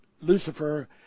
Lucifer